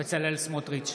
בצלאל סמוטריץ'